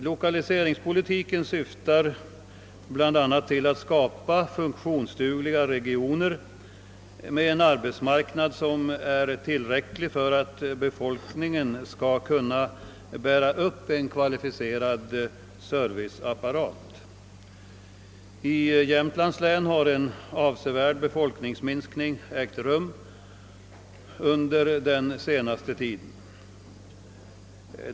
Lokaliseringspolitiken syftar bl.a. till att skapa funktionsdugliga regioner med en arbetsmarknad som är tillräcklig för att befolkningen skall kunna bära upp en kvalificerad serviceapparat. I Jämtlands län har en avsevärd befolkningsminskning ägt rum under den senaste tiden.